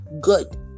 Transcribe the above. good